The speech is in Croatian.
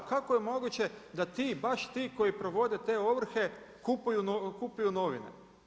Kako je moguće da ti, baš ti koji provode te ovrhe kupuju novine.